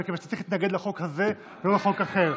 מכיוון שאתה צריך להתנגד לחוק הזה ולא לחוק אחר.